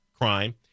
crime